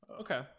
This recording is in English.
okay